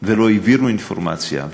ולא העבירו אינפורמציה.